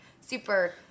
super